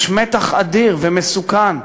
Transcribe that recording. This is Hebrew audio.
יש מתח אדיר ומסוכן,